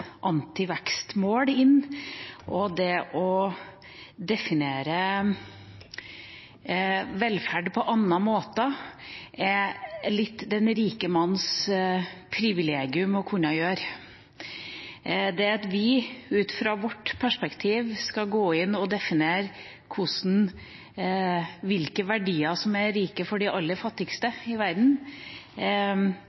inn antivekstmål og det å definere velferd på andre måter er litt den rike manns privilegium å kunne gjøre. Det at vi ut fra vårt perspektiv skal gå inn og definere hvilke verdier som er riktige for de aller fattigste i verden,